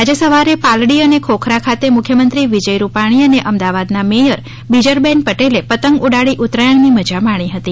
આજે સવારે પાલડી અને ખોખરા ખાતે મુખ્યમંત્રી વિજય રૂપાણી અને અમદાવાદના મેયર બીજલબહેન પટેલે પતંગ ઊડાડી ઊતરાયણની મજા માણી હતી